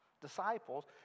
disciples